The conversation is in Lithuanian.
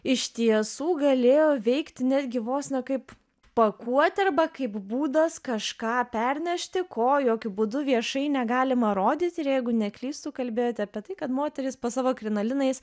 iš tiesų galėjo veikti netgi vos ne kaip pakuotė arba kaip būdas kažką pernešti ko jokiu būdu viešai negalima rodyti ir jeigu neklystu kalbėjote apie tai kad moterys po savo krinolinais